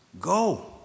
go